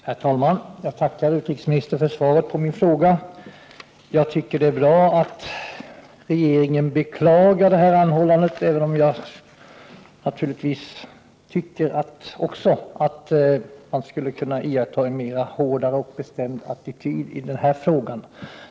Herr talman! Jag tackar utrikesministern för svaret på min fråga. Det är bra att regeringen beklagar detta anhållande, även om jag naturligtvis också tycker att man skulle kunna inta en mera hård och bestämd attityd i frågan.